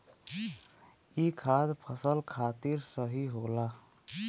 ई खाद फसल खातिर सही होला